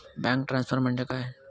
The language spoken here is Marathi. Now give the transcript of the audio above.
बँक ट्रान्सफर म्हणजे काय?